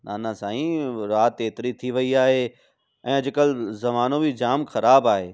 न न साईं राति एतिरी थी वयी आहे ऐं अॼु कल्ह ज़मानो बि जामु ख़राबु आहे